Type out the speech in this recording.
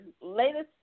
latest